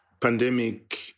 pandemic